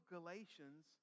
Galatians